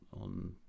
on